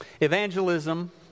Evangelism